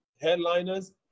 headliners